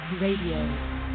Radio